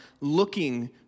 looking